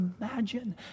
imagine